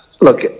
Look